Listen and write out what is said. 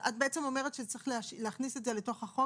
את בעצם אומרת צריך להכניס את זה לתוך החוק